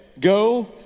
go